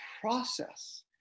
process